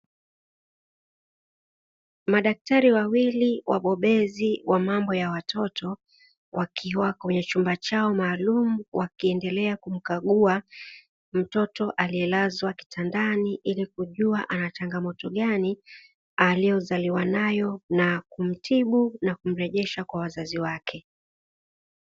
Madaktari wawili wabobezi wa mambo ya watoto, wakiwa kwenye chumba chao maalumu, wakiendelea kumkagua mtoto aliyelazwa kitandani, ili kujua ana changamoto gani aliyozaliwa nayo, na kumtibu na kumrejesha kwa wazazi wake.